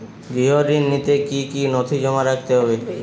গৃহ ঋণ নিতে কি কি নথি জমা রাখতে হবে?